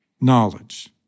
knowledge